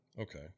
Okay